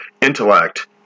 intellect